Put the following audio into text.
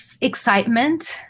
excitement